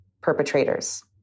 perpetrators